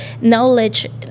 knowledge